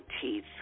teeth